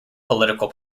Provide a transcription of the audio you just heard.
political